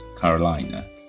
Carolina